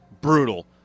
brutal